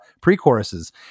pre-choruses